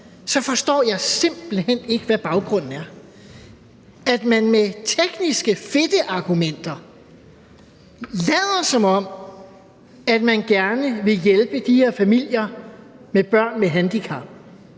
forstår jeg simpelt hen ikke, hvad baggrunden er, altså at man med tekniske fedteargumenter lader, som om man gerne vil hjælpe de her familier med børn med handicap,